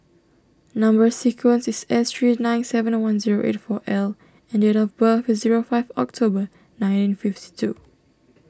Number Sequence is S three nine seven nine one zero eight four L and date of birth is zero five October nineteen fifty two